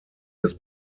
des